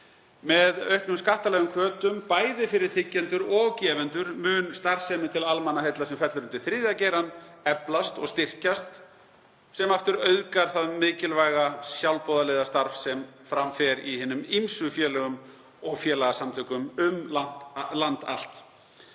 Með auknum skattalegum hvötum, bæði fyrir þiggjendur og gefendur, mun starfsemi til almannaheilla, sem fellur undir þriðja geirann, eflast og styrkjast sem aftur auðgar það mikilvæga sjálfboðaliðastarf sem fram fer í hinum ýmsu félögum og félagasamtökum um land allt.